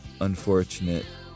unfortunate